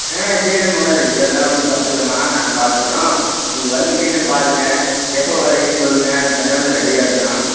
ஆ சரிம்மா இன்னும் ரெண்டு பேர் இருந்தாலும் ஒன்றும் தப்பு இல்லைம்மா நாங்கள் பார்த்துக்குறோம் நீங்கள் வந்து வீட்டை பாருங்க எப்போ வரீங்கன்னு சொல்லுங்க அதுக்கு தகுந்த மாதிரி நான் ரெடியாக இருக்கேன்